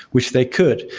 which they could.